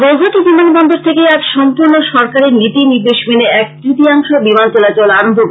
গৌহাটি বিমানবন্দর থেকে আজ সম্পূর্ন সরকারী নীতি নির্দেশ মেনে এক তৃতীয়াংশ বিমান চলাচল আরম্ভ হয়েছে